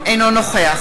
אינו נוכח